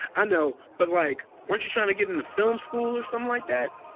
i know. but like, weren't you trying to get into film school or something like that?